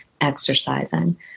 exercising